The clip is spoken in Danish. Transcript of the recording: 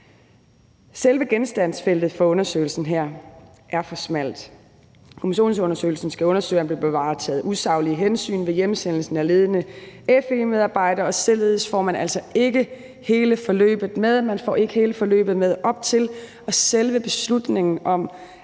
Selve genstandsfeltet for undersøgelsen her er for smalt. Kommissionsundersøgelsen skal undersøge, om der blev taget usaglige hensyn ved hjemsendelsen af ledende FE-medarbejdere, og således får man altså ikke hele forløbet med. Man får ikke hele forløbet med op til selve beslutningen om